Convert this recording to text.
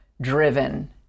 driven